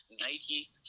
nike